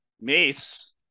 mace